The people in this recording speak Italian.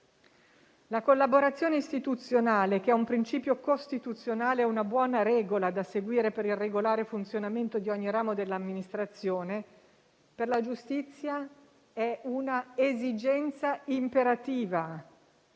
La collaborazione istituzionale, che è un principio costituzionale e una buona regola da seguire per il regolare funzionamento di ogni ramo dell'amministrazione, per la giustizia è una esigenza imperativa,